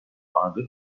target